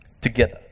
together